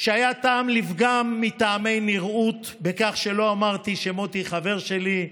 שהיה טעם לפגם מטעמי נראות בכך שלא אמרתי שמוטי חבר שלי,